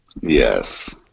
Yes